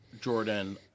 Jordan